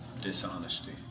dishonesty